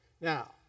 Now